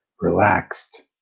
relaxed